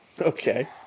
Okay